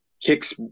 kicks